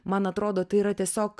man atrodo tai yra tiesiog